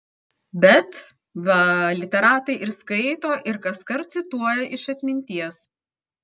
bet va literatai ir skaito ir kaskart cituoja iš atminties